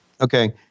Okay